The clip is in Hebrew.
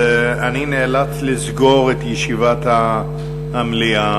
אני נאלץ לנעול את ישיבת המליאה.